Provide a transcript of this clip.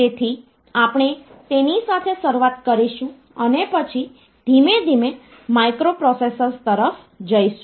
તેથી આપણે તેની સાથે શરૂઆત કરીશું અને પછી ધીમે ધીમે માઇક્રોપ્રોસેસર્સ તરફ જઈશું